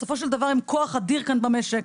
בסופו של דבר הם כוח אדיר כאן במשק.